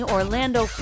Orlando